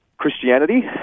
Christianity